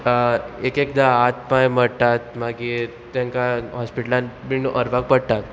एक एकदां हात पांय मडटात मागीर तांकां हॉस्पिटलांत बीन व्हरपाक पडटा